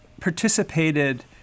participated